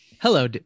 hello